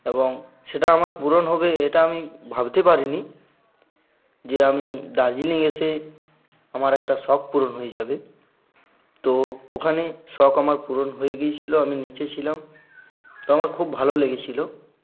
এবং সেটা আমার পূরণ হবে এটা আমি ভাবতে পারিনি যে আমি দার্জিলিং এসে আমার একটা শখ পূরণ হয়ে যাবে তো ওখানে শখ আমার পূরণ হয়ে গিয়েছিলো আমি নেচেছিলাম তো আমার খুব ভালো লেগেছিলো